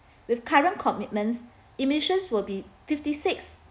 with current commitments emissions will be fifty six